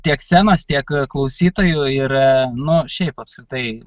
tiek scenos tiek klausytojų ir nu šiaip apskritai